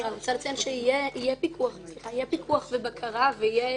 אני רוצה לציין שיהיה פיקוח ובקרה ויהיה